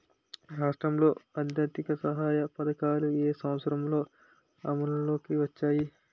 రాష్ట్రంలో ఆర్థిక సహాయ పథకాలు ఏ సంవత్సరంలో అమల్లోకి వచ్చాయి?